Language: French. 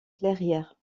clairières